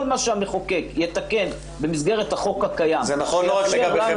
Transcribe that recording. כל מה שהמחוקק יתקן במסגרת החוק הקיים --- זה נכון לא רק לגביכם,